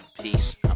Peace